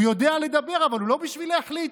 הוא יודע לדבר, אבל הוא לא בשביל להחליט.